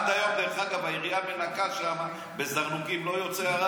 עד היום העירייה שם מנקה בזרנוקים, הרעל לא יוצא.